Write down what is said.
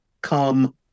come